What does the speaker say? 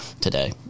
today